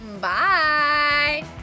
Bye